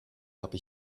habe